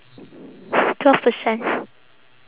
twelve percent